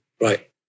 Right